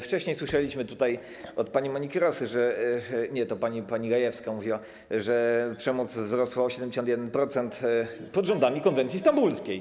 Wcześniej słyszeliśmy od pani Moniki Rosy, nie, to pani Gajewska mówiła, że przemoc wzrosła o 71% pod rządami konwencji stambulskiej.